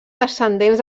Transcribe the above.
descendents